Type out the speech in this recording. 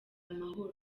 amahoro